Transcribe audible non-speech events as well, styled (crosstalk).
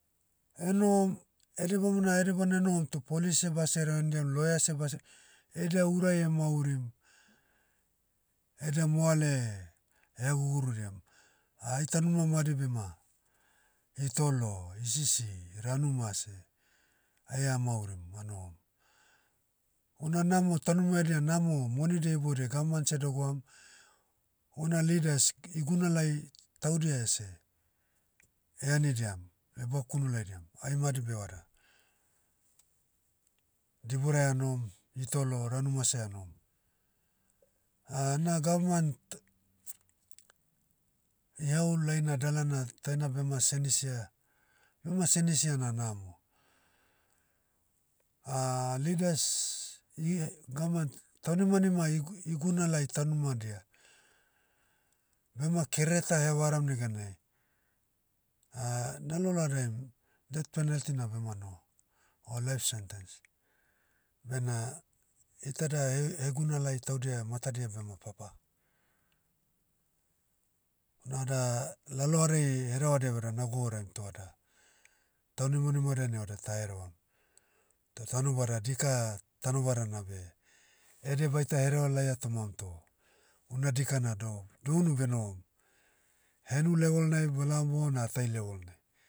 Enohom, ede bamona ede bana enohom toh polis seh base hereva hendiam lawyer seh base- edia urai emaurim, edia moale, eha gugurudiam. Ah ai taunima madi bema, hitolo hisisi ranu mase, ai amaurim anohom. Una namo taunima edia namo monidia iboudiai gavman seh dogoam. Una leaders, igunalai, taudia ese, ehenidiam, (hesitation) bokunu laidiam. Ai madi beh vada, diburai anohom, hitolo ranu mase anohom. (hesitation) na gavmant, iheau laina dalana taina bema senisia- bema senisia na namo. (hesitation) leaders, ihe- gamant- taunimanima igu- igunalai taunima dia, bema kerere ta eha varam neganai, (hesitation) na lalohadaim, death penalty na bema noho. O life sentence. Bena, iteda he- hegunalai taudia matadia bema papa. Na da, lalohadai herevadia beda na gouraim toh vada, taunimanima dainai vada ta herevam. Toh tanobada dika, tanobadana beh, ede baita hereva laia tomam toh, una dika na doh- dounu benohom. Henu levolnai bolaom bona atai levolnai.